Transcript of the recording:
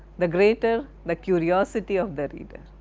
the greater the curiosity of the reader,